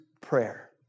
prayer